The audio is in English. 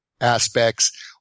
aspects